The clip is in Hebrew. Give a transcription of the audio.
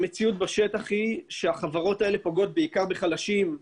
המציאות בשטח היא שהחברות הללו פוגעות בעיקר בחלשים,